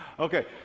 okay.